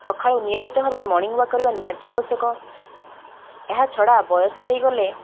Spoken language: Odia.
ସକାଳୁ ନିୟମିତ ଭାବରେ ମର୍ଣ୍ଣିଙ୍ଗ ୱାକ୍ କରିବା ନିହାତି ଆବଶ୍ୟକ ଏହା ଛଡ଼ା ବୟସ ହେଇଗଲେ